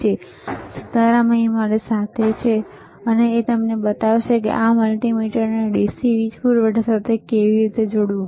સીતારામ અહીં મારી સાથે છે અને તે તમને બતાવશે કે આ મલ્ટિમીટરને DC વીજ પૂરવઠા સાથે કેવી રીતે જોડવું